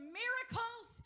miracles